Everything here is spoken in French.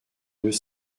deux